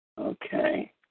Okay